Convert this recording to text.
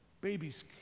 babies